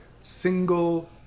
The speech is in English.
single